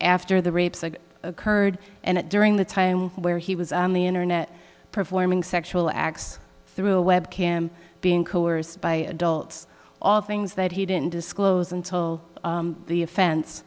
after the rapes occurred and it during the time where he was on the internet performing sexual acts through a webcam being coerced by adults all things that he didn't disclose until the offen